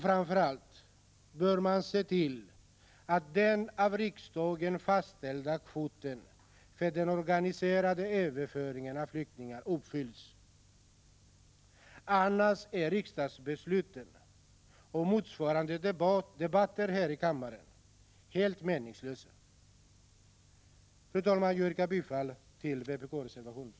Framför allt bör man se till att den av riksdagen fastställda kvoten för den organiserade överföringen av flyktingar uppfylls — annars är riksdagsbesluten och motsvarande debatter här i kammaren helt meningslösa. Fru talman! Jag yrkar bifall till vpk-reservationen.